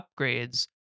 upgrades